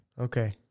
Okay